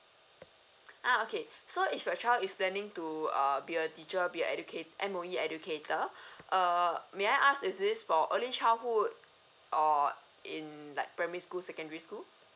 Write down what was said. ah okay so if your child is planning to err be a teacher be educate~ M_O_E educator err may I ask is this for early childhood or in like primary school secondary school